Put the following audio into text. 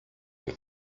with